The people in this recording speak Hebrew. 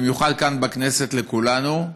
במיוחד כאן בכנסת, לכולנו,